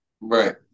right